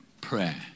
Prayer